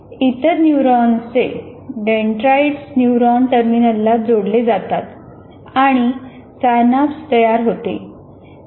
इतर न्यूरॉन्सचे dendrites neuron टर्मिनलला जोडले जातात आणि सायनाप्स तयार होतात